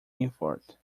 effort